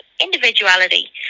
individuality